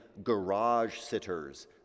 garage-sitters